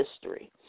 history